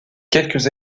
quelques